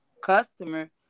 customer